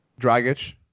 Dragic